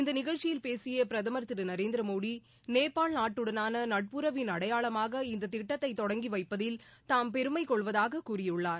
இந்த நிகழ்ச்சியில் பேசிய பிரதமர் திரு நரேந்திரமோடி நேபாள் நாட்டுடனான நட்புறவின் அடையாளமாக இந்த திட்டத்தை தொடங்கி வைப்பதில் தாம் பெருமை கொள்வதாகக் கூறியுள்ளார்